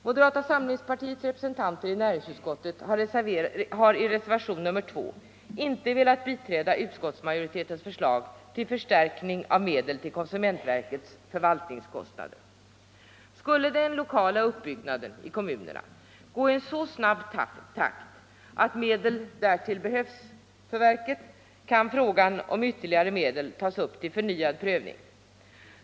Moderata samlingspartiets representanter i näringsutskottet har i reservationen 2 inte velat biträda utskottsmajoritetens förslag till förstärkning av medel till konsumentverkets förvaltningskostnader. Skulle den lokala uppbyggnaden i kommunerna gå i en så snabb takt att medel därtill behövs, kan frågan om ytterligare medel tas upp till förnyad prövning.